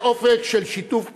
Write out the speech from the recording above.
לאופק של שיתוף פעולה,